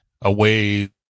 away